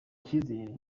icyizere